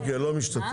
אוקיי, לא משתתפת.